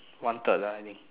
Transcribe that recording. one third [la] I think